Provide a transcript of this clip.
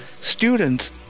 students